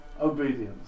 obedience